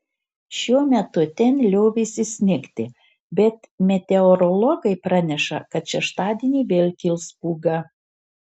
šiuo metu ten liovėsi snigti bet meteorologai praneša kad šeštadienį vėl kils pūga